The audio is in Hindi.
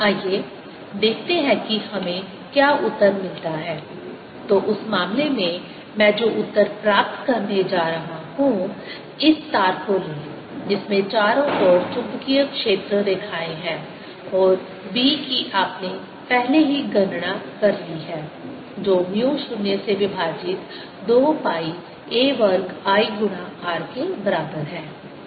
W0a0r2I282a42πrdr016πI2 016πI212LI2 or L08πlength आइए देखते हैं कि हमें क्या उत्तर मिलता है तो उस मामले में मैं जो उत्तर प्राप्त करने जा रहा हूं इस तार को लें जिसमें चारों ओर चुंबकीय क्षेत्र रेखाएं हैं और b की आपने पहले ही गणना कर ली है जो म्यू 0 से विभाजित 2 पाई a वर्ग I गुणा r के बराबर है